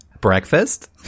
breakfast